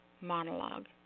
monologue